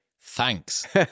thanks